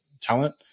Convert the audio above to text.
talent